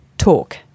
talk